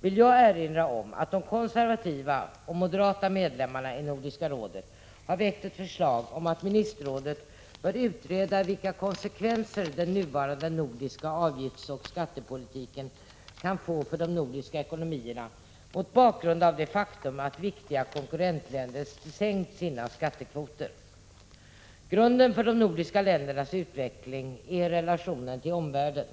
vill jag erinra om att de konservativa och moderata medlemmarna i Nordiska rådet har väckt ett förslag om att ministerrådet bör utreda vilka konsekvenser den nuvarande nordiska avgiftsoch skattepolitiken kan få för de nordiska ekonomierna, mot bakgrund av det faktum att viktiga konkurrentländer sänkt sina skattekvoter. Grunden för de nordiska ländernas utveckling är relationen till omvärlden.